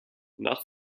nach